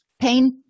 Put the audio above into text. Pain